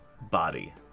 body